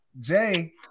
Jay